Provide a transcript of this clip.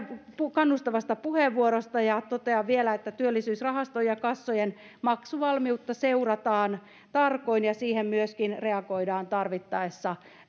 kannustavasta puheenvuorosta ja totean vielä että työllisyysrahaston ja kassojen maksuvalmiutta seurataan tarkoin ja siihen myöskin reagoidaan tarvittaessa